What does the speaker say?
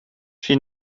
she